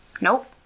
Nope